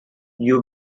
you